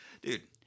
dude